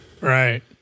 Right